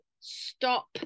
stop